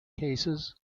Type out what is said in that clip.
cases